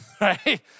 Right